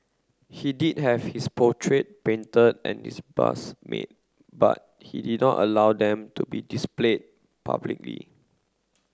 he did have his portrait painted and his bust made but he did not allow them to be displayed publicly